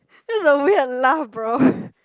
that is a weird laugh bro